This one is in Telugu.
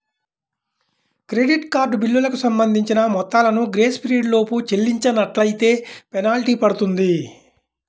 క్రెడిట్ కార్డు బిల్లులకు సంబంధించిన మొత్తాలను గ్రేస్ పీరియడ్ లోపు చెల్లించనట్లైతే ఫెనాల్టీ పడుతుంది